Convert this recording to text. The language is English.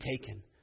taken